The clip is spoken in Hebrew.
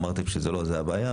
אמרתם שזו לא הבעיה,